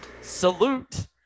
Salute